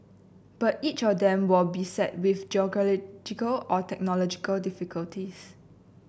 but each of them were beset with geological or technological difficulties